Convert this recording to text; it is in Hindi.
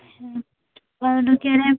अच्छा और कहे रहें